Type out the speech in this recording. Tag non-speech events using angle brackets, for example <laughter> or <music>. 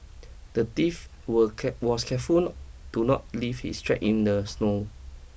the thief were <unintelligible> was careful not to not leave his track in the snow